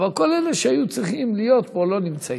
אבל כל אלה שהיו צריכים להיות פה לא נמצאים.